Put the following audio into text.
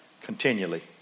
continually